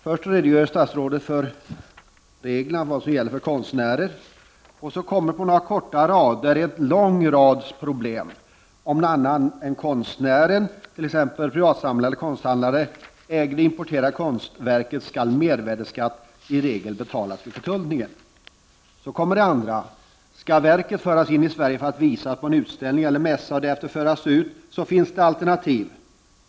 Först redogör statsrådet för de regler som gäller för konstnärer. Sedan redovisas på några få rader en lång rad problem. För det första: Om någon annan än konstnären — t.ex. en privatsamlare eller en konsthandlare — äger det importerade konstverket skall mervärdeskatt i regel betalas vid förtullningen. För det andra: Skall verket föras in i Sverige för att visas på en utställning eller mässa och därefter åter föras ut finns ett alternativ.